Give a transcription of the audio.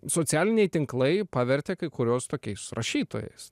socialiniai tinklai pavertė kai kurios tokiais rašytojais